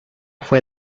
fue